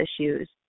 issues